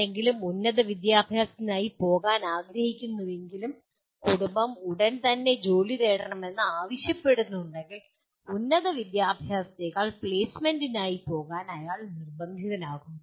ആരെങ്കിലും ഉന്നത വിദ്യാഭ്യാസത്തിനായി പോകാൻ ആഗ്രഹിക്കുന്നുവെങ്കിലും കുടുംബം ഉടൻ തന്നെ ജോലി തേടണമെന്ന് ആവശ്യപ്പെടുന്നുണ്ടെങ്കിൽ ഉന്നത വിദ്യാഭ്യാസത്തേക്കാൾ പ്ലേസ്മെന്റിനായി പോകാൻ അയാൾ നിർബന്ധിതനാകുന്നു